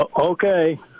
Okay